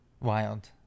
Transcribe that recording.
Wild